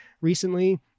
recently